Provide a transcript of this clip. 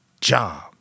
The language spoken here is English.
job